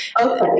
Okay